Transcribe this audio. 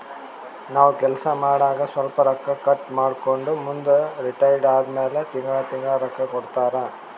ನಾವ್ ಕೆಲ್ಸಾ ಮಾಡಾಗ ಸ್ವಲ್ಪ ರೊಕ್ಕಾ ಕಟ್ ಮಾಡ್ಕೊಂಡು ಮುಂದ ರಿಟೈರ್ ಆದಮ್ಯಾಲ ತಿಂಗಳಾ ತಿಂಗಳಾ ರೊಕ್ಕಾ ಕೊಡ್ತಾರ